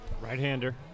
Right-hander